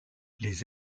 les